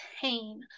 pain